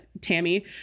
Tammy